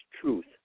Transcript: truth